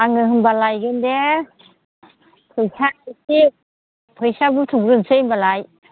आङो होमबा लायगोन दे फैसा एसे फैसा बुथुमग्रोनोसै होम्बालाय